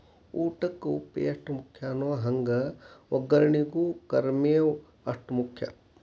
ಊಟಕ್ಕ ಉಪ್ಪು ಎಷ್ಟ ಮುಖ್ಯಾನೋ ಹಂಗ ವಗ್ಗರ್ನಿಗೂ ಕರ್ಮೇವ್ ಅಷ್ಟ ಮುಖ್ಯ